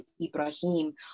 Ibrahim